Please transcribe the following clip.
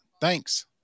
Thanks